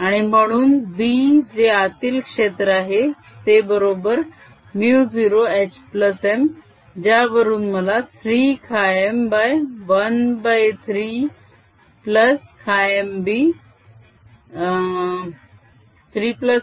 आणि म्हणून b जे आतील क्षेत्र आहे ते बरोबर μ0 hm ज्यावरून मला 3 χm